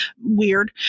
Weird